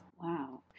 Wow